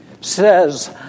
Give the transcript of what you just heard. says